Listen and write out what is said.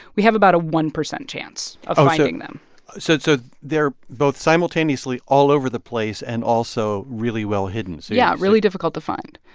we have about a one percent chance of finding them so so they're both simultaneously all over the place and also really well-hidden yeah, really difficult to find.